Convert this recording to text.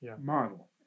model